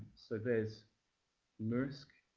so there's murrisk.